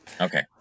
Okay